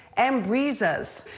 ambriza is